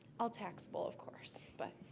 all taxable of course. but,